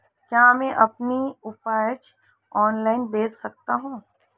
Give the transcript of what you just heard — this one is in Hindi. क्या मैं अपनी उपज ऑनलाइन बेच सकता हूँ?